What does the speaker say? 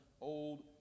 old